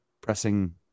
pressing